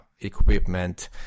equipment